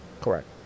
correct